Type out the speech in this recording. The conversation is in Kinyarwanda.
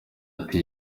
ati